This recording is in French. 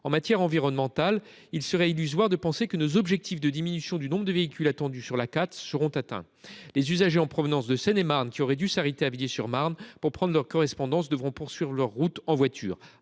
en matière environnementale, car il serait illusoire de penser atteindre nos objectifs de diminution du nombre de véhicules sur l’autoroute A4. Les usagers en provenance de Seine et Marne, qui auraient dû s’arrêter à Villiers sur Marne pour prendre leur correspondance, devront poursuivre leur route en voiture.